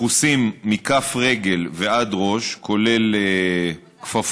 מכוסים מכף רגל ועד ראש, כולל כפפות,